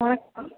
வணக்கம்